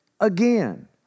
again